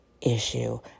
issue